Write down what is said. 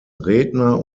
redner